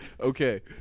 okay